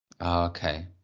Okay